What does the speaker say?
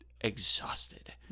exhausted